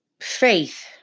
faith